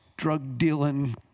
drug-dealing